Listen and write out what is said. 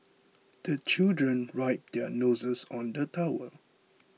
the children wipe their noses on the towel